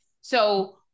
So-